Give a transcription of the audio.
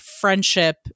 friendship